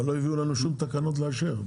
אבל לא הביאו לנו שום תקנות לאשר.